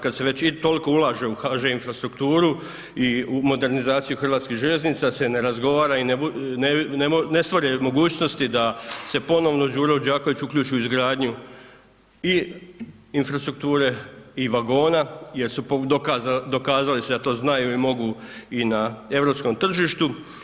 Kada se već toliko ulaže u HŽ Infrastrukturu i u modernizaciju Hrvatskih željeznica se ne razgovara i ne stvore mogućnosti da se ponovno Đuro Đaković uključi u izgaranju i infrastrukture i vagona jer su se dokazali da to znaju i mogu i na europskom tržištu.